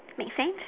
make sense